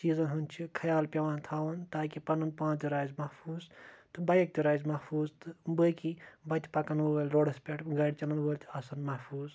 چیٖزن ہُنٛد چھُ خیال چھُ پیٚوان تھاوُن تاکہِ پَنُن پان تہِ روازِ محفوٗظ تہِ بایک تہِ روزِ محفوٗظ تہِ بإےی وَتہِ پَکن وٲلۍ روڈس پٮ۪ٹھ گٲڑۍ چَلاوان وٲلۍ تہِ آسن محفوٗظ